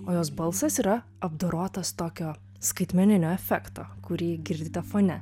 o jos balsas yra apdorotas tokio skaitmeninio efekto kurį girdite fone